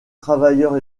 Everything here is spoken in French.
travailleurs